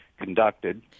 conducted